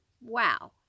wow